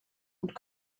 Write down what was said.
und